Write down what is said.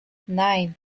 nine